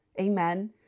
Amen